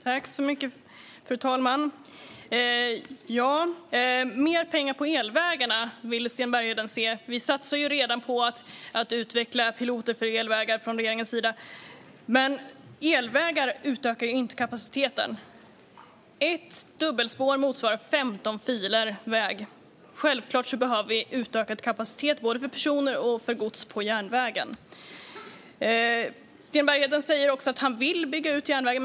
Fru talman! Sten Bergheden vill se mer pengar till elvägarna. Regeringen satsar redan på att utveckla piloter för elvägar. Men elvägar utökar inte kapaciteten. Ett dubbelspår motsvarar 15 filer väg. Självklart behöver vi utökad kapacitet både för personer och för gods på järnvägen. Sten Bergheden säger också att han vill att järnvägen byggs ut.